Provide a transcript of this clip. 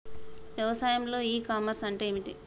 వ్యవసాయంలో e commerce అంటే ఏమిటి?